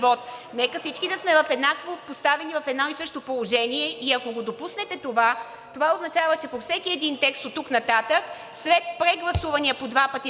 всички да сме еднакво поставени в едно и също положение и ако го допуснете, това означава, че по всеки един текст оттук нататък след прегласувания по два пъти на един член